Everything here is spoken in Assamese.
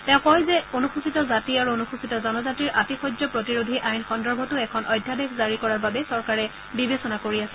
তেওঁ কয় যে অনুসূচিত জাতি আৰু অনুসূচিত জনজাতিৰ আতিশয্য প্ৰতিৰোধী আইন সন্দৰ্ভতো এখন অধ্যাদেশ জাৰি কৰাৰ বাবে চৰকাৰে বিবেচনা কৰি আছে